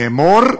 לאמור,